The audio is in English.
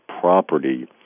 property